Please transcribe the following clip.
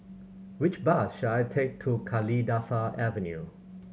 which bus should I take to Kalidasa Avenue